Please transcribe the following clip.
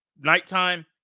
nighttime